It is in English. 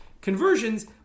conversions